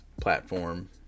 platform